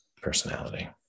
personality